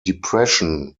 depression